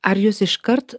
ar jūs iškart